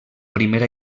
primera